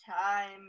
time